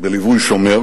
בליווי שומר,